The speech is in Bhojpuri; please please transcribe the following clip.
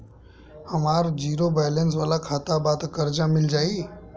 हमार ज़ीरो बैलेंस वाला खाता बा त कर्जा मिल जायी?